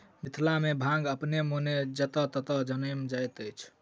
मिथिला मे भांग अपने मोने जतय ततय जनैम जाइत अछि